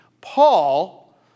Paul